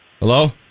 Hello